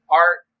art